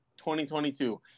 2022